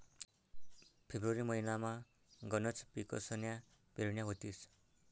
February महिनामा गनच पिकसन्या पेरण्या व्हतीस